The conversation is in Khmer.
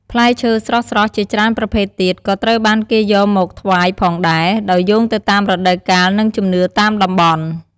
ផ្លែឈើស្រស់ៗ ជាច្រើនប្រភេទទៀតក៏ត្រូវបានគេយកមកថ្វាយផងដែរ ដោយយោងទៅតាមរដូវកាល និងជំនឿតាមតំបន់។